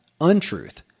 untruth